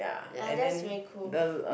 ya that's very cool